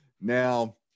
Now